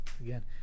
again